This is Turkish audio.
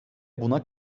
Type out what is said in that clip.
buna